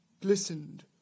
glistened